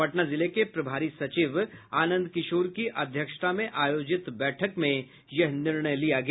पटना जिले के प्रभारी सचिव आनंद किशोर की अध्यक्षता में आयोजित बैठक में यह निर्णय लिया गया